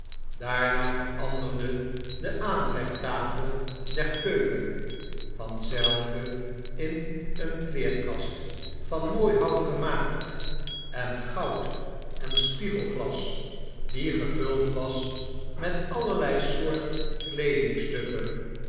daarna veranderde de aanrechttafel der keuken vanzelve in een kleerkast van mooi hout gemaakt en goud en spiegelglas die gevuld was met allerlei soort kleedingstukken